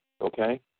okay